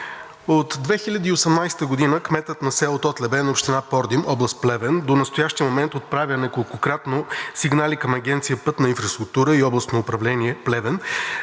От 2018 г. кметът на село Тотлебен, община Пордим, област Плевен, до настоящия момент отправя неколкократно сигнали към Агенция „Пътна инфраструктура“ и Областно управление – Плевен,